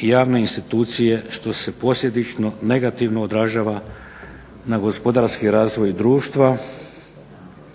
i javne institucije što se posljedično negativno odražava na gospodarski razvoj društva.